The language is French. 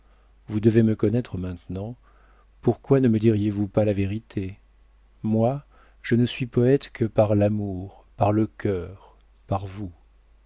vous devez me connaître maintenant pourquoi ne me diriez-vous pas la vérité moi je ne suis poëte que par l'amour par le cœur par vous